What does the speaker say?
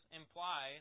imply